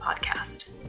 podcast